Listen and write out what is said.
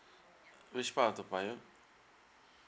which part of toa payoh